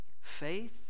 faith